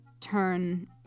turn